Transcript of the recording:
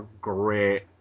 great